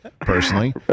personally